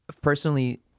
personally